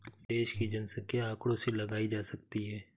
देश की जनसंख्या आंकड़ों से लगाई जा सकती है